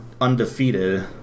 undefeated